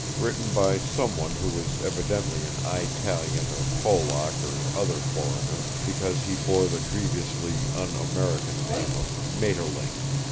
written by someone who was evidently an eyetalian or polack or other foreigner, because he bore the grievously un-american name of maeterlinck.